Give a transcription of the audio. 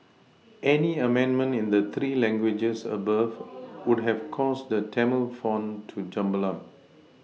any amendment in the three languages above would have caused the Tamil font to jumble up